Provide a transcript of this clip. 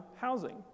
housing